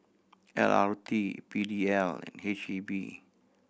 L R T P D L H E B